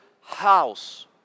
house